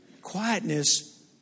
Quietness